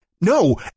No